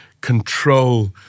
control